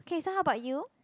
okay so how about you